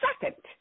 second